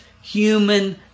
human